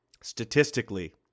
Statistically